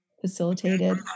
facilitated